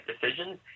decisions